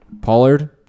Pollard